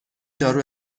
دارو